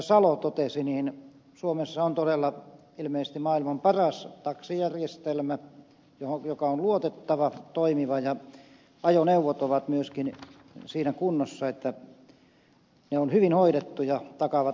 salo totesi suomessa on todella ilmeisesti maailman paras taksijärjestelmä joka on luotettava toimiva ja jossa ajoneuvot ovat myöskin siinä kunnossa että ne ovat hyvin hoidettuja takaavat matkustajille turvallisuuden